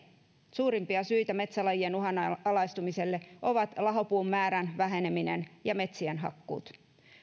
suurimpia syitä metsälajien uhanalaistumiselle ovat lahopuun määrän väheneminen ja metsien hakkuut